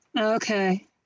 Okay